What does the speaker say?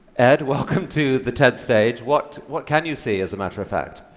ed, welcome to the ted stage. what what can you see, as a matter of fact?